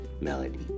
Melody